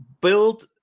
build